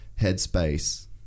headspace